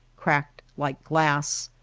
cracked like glass,